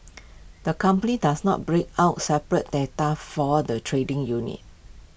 the company does not break out separate data for the trading unit